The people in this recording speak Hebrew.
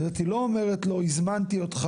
זאת אומרת היא לא אומרת הזמנתי אותך,